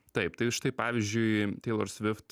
taip tai štai pavyzdžiui teilor svift